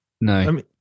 No